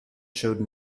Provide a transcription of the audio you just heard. showed